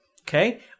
okay